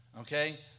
okay